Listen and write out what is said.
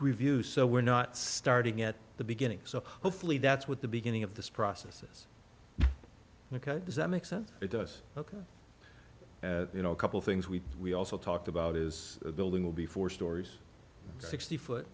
review so we're not starting at the beginning so hopefully that's what the beginning of this processes ok does that make sense it does look you know a couple things we we also talked about is the building will be four stories sixty foot